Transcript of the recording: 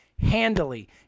handily